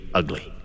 ugly